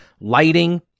lighting